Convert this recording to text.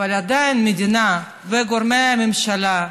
עדיין המדינה וגורמי הממשלה,